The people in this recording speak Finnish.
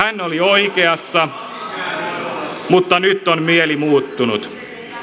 hän oli oikeassa mutta nyt on mieli muuttunut